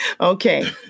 Okay